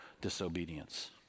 disobedience